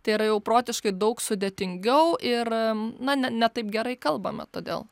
tai yra jau protiškai daug sudėtingiau ir na ne ne taip gerai kalbame todėl